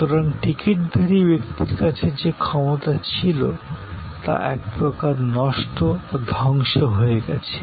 সুতরাং টিকিটধারী ব্যক্তির কাছে যে ক্ষমতা ছিল তা এক প্রকার নষ্ট ধ্বংস হয়ে গেছে